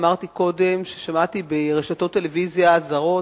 אמרתי קודם ששמעתי ברשתות טלוויזיה זרות,